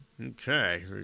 Okay